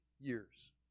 years